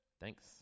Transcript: Thanks